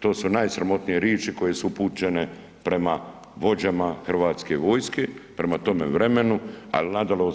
To su najsramotnije riči koje su upućene prema vođama Hrvatske vojske, prema tome vremenu, ali